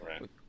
right